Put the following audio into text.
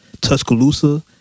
Tuscaloosa